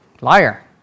liar